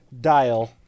dial